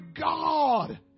God